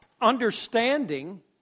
understanding